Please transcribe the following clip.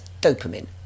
dopamine